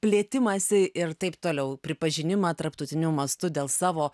plėtimąsi ir taip toliau pripažinimą tarptautiniu mastu dėl savo